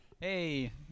hey